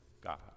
god